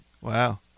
Wow